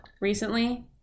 recently